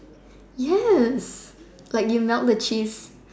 yes like you melt the cheese